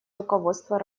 руководство